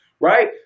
right